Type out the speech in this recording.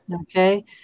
Okay